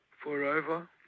forever